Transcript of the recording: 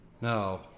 No